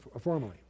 formally